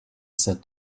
said